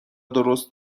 درست